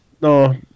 No